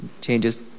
changes